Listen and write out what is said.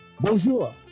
Bonjour